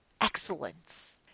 excellence